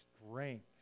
strength